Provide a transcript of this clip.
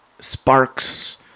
sparks